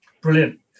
Brilliant